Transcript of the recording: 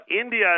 India